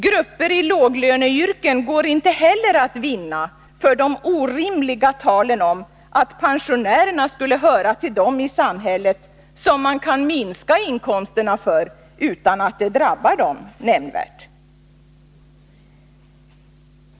Grupper i låginkomstyrken går inte heller att vinna för det orimliga talet om att pensionärerna skulle höra till dem i samhället som man kan minska inkomsterna för utan att det drabbar dem nämnvärt.